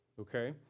okay